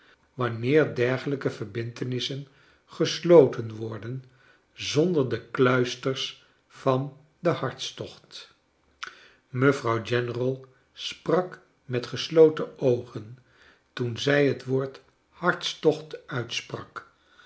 wanneer dergelijke verbintenissen gesloten worden zonder de kluisters van den hartstocht mevrouw general sprak met gesloten oogen toen zij het woord hartstocht uitsprak